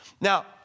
Now